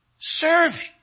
serving